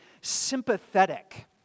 sympathetic